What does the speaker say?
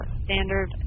standard